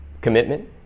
commitment